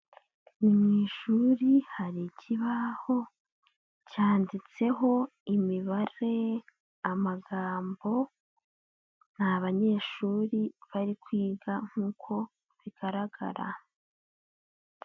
Ni mu ishuri hari ikibaho cyanditseho imibare, amagambo, nta banyeshuri bari kwiga nk'uko bigaragara.